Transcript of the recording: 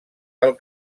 del